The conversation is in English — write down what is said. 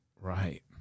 Right